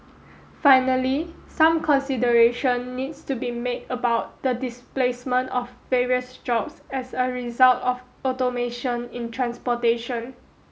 finally some consideration needs to be made about the displacement of various jobs as a result of automation in transportation